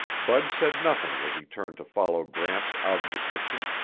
bud said nothing as he turned to follow gramps out of the kitchen,